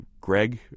Greg